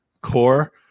core